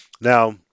Now